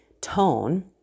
tone